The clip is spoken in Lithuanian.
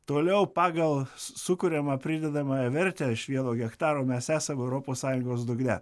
toliau pagal sukuriamą pridedamąją vertę iš vieno hektaro mes esam europos sąjungos dugne